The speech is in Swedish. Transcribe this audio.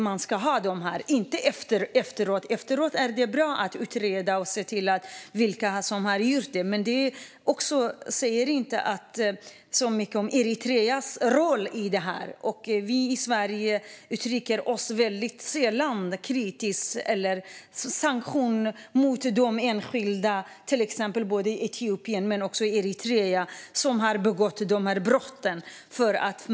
Man ska ha de här åtgärderna i förväg och inte efteråt. Efteråt är det bra att utreda vilka som har begått brotten, men det säger inte så mycket om Eritreas roll i det här. Vi i Sverige uttrycker oss väldigt sällan kritiskt och inför sanktioner för att markera mot de enskilda i till exempel Etiopien och även Eritrea som har begått de här brotten.